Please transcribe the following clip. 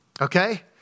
okay